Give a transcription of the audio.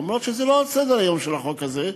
למרות שזה לא על סדר-היום של החוק הזה,